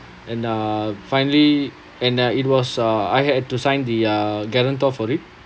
and uh finally and uh it was uh I had to sign the uh guarantor for it